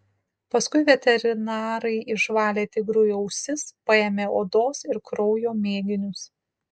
paskui veterinarai išvalė tigrui ausis paėmė odos ir kraujo mėginius